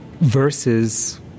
versus